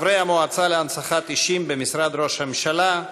חברי המועצה להנצחת אישים במשרד ראש הממשלה,